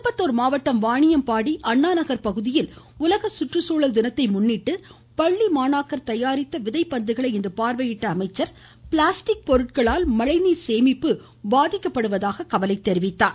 திருப்பத்தூர் மாவட்டம் வாணியம்பாடி அண்ணாநகர் பகுதியில் உலக சுற்றுச்சூழல் தினத்தை முன்னிட்டு பள்ளி மாணாக்கர் தயாரித்த விதைப்பந்துகளை இன்று பார்வையிட்ட அமைச்சர் பிளாஸ்டிக் பொருட்களால் மழைநீர் சேமிப்பு பாதிக்கப்படுவதாக கவலை தெரிவித்தார்